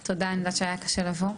תודה, אני יודעת שהיה קשה לבוא.